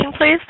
please